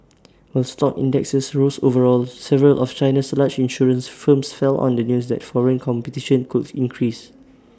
while stock indexes rose overall several of China's largest insurance firms fell on the news that foreign competition could increase